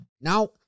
Now